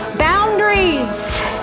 boundaries